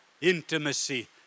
intimacy